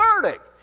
verdict